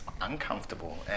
uncomfortable